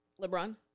LeBron